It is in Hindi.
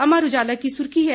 अमर उजाला की सुर्खी है